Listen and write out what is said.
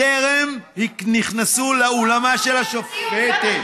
טרם נכנסו לאולמה של השופטת,